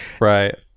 Right